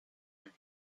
had